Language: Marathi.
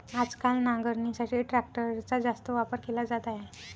आजकाल नांगरणीसाठी ट्रॅक्टरचा जास्त वापर केला जात आहे